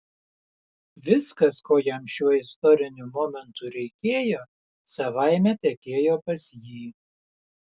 viskas ko jam šiuo istoriniu momentu reikėjo savaime tekėjo pas jį